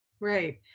Right